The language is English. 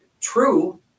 true